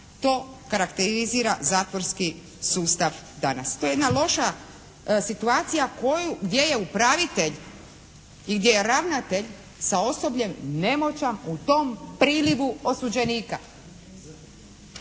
to karakterizira zatvorski sustav danas. To je jedna loša situacija koju, gdje je upravitelj i gdje je ravnatelj sa osobljem nemoćan u tom prilivu osuđenika.